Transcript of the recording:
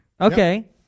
Okay